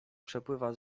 przepływa